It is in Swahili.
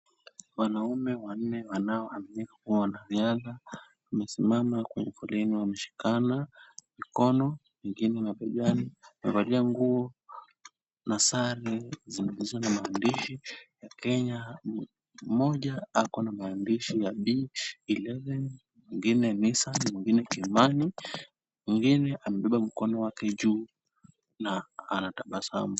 Wanaume wanne wanaoaminika kuwa wanariadha wamesimama kwenye foleni wameshikana mikono wengine mabegani wamevalia nguo na sare zilizo na maandishi ya Kenya. Moja ako na maandishi B 11, mwingine Nissan, mwingine Kimani, mwingine amebeba mkono wake juu na anatabasamu.